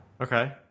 Okay